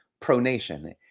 pronation